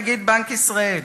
נגיד בנק ישראל.